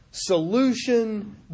Solution